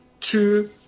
Two